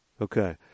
Okay